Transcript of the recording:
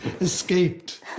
escaped